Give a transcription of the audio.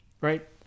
right